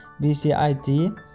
BCIT